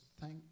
thank